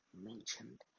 mentioned